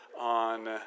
on